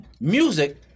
Music